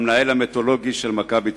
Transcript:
המנהל המיתולוגי של "מכבי תל-אביב".